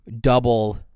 double